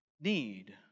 need